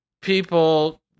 people